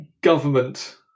government